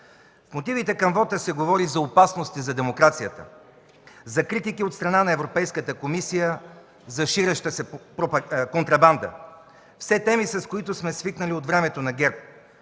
В мотивите към вота се говори за опасности за демокрацията, за критики от страна на Европейската комисия, за ширеща се контрабанда – все теми, с които сме свикнали от времето на ГЕРБ,